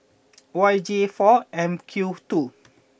Y J four M Q two